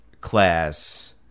class